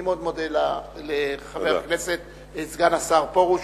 אני מאוד מודה לסגן השר פרוש,